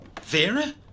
Vera